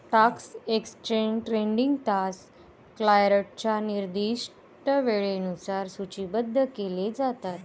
stock exchange trading तास क्लायंटच्या निर्दिष्ट वेळेनुसार सूचीबद्ध केले जातात